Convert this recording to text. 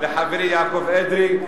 לחברי יעקב אדרי,